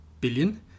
billion